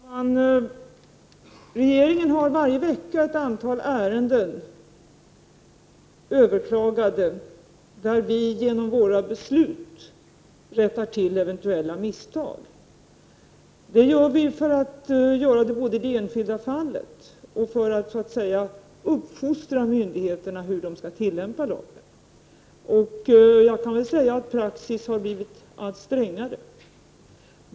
Herr talman! Regeringen behandlar varje vecka ett antal överklagade ärenden, där vi genom våra beslut rättar till eventuella misstag. Det gör vi både för att åstadkomma rättelse i det enskilda fallet och för att så att säga uppfostra myndigheterna när det gäller hur de skall tillämpa lagen. Jag kan säga att praxis har blivit allt strängare.